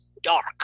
dark